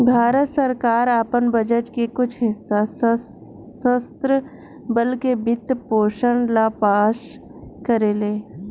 भारत सरकार आपन बजट के कुछ हिस्सा सशस्त्र बल के वित्त पोषण ला पास करेले